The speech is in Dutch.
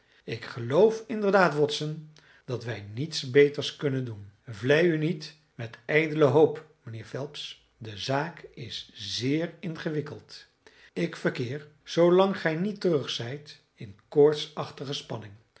ik geloof inderdaad watson dat wij niets beters kunnen doen vlei u niet met ijdele hoop mijnheer phelps de zaak is zeer ingewikkeld ik verkeer zoolang gij niet terug zijt in koortsachtige spanning